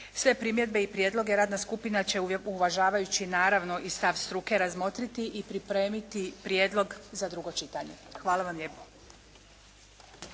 Sve primjedbe i prijedloge radna skupina će uvažavajući naravno i stav struke razmotriti i pripremiti prijedlog za drugo čitanje. Hvala vam lijepo.